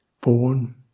born